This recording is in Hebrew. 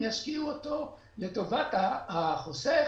הם ישקיעו אותו לטובת החוסך.